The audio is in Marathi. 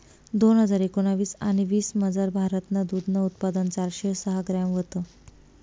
दोन हजार एकोणाविस आणि वीसमझार, भारतनं दूधनं उत्पादन चारशे सहा ग्रॅम व्हतं